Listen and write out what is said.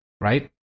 right